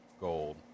gold